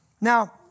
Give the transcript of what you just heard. Now